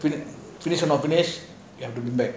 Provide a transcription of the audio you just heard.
finish about finish they bring back